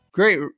great